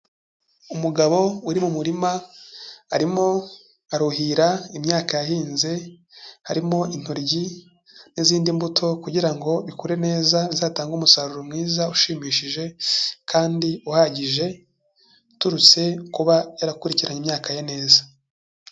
Umugabo uri mu murima arimo aruhira imyaka yahinze, harimo intoryi n'izindi mbuto kugira ngo bikure neza bizatange umusaruro mwiza ushimishije kandi uhagije, uturutse kuba yarakurikiranye imyaka ye neza.